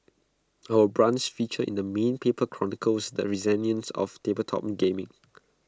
our brunch feature in the main paper chronicles the resilience of tabletop gaming